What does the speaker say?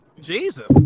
Jesus